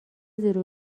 زیر